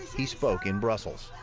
he spoke in brussels.